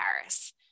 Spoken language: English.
Paris